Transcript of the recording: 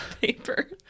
paper